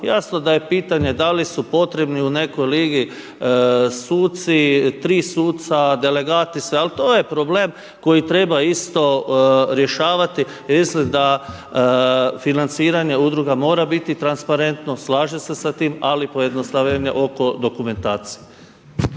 Jasno da je pitanje da li su potrebni u nekoj ligi suci, tri suca, delegati. Ali to je problem koji isto rješavati, jer mislim da financiranje udruga mora biti transparentno, slažem se sa tim ali pojednostavljenje oko dokumentacije.